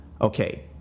Okay